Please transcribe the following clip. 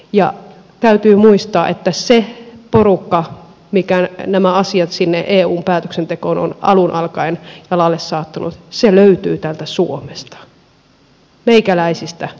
ja täytyy muistaa että se porukka joka nämä asiat sinne eun päätöksentekoon on alun alkaen jalalle saattanut löytyy täältä suomesta meikäläisistä toimijoista